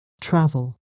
Travel